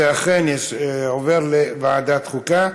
זה אכן עובר לוועדת החוקה.